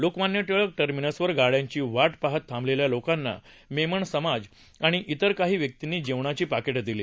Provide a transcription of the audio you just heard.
लोकमान्य टिळक टर्मिनसवर गाड्यांची वाट पाहत थांबलेल्या लोकांना मेमन समाज आणि इतर काही व्यक्तींनी जेवणाची पाकिटं दिली